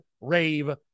rave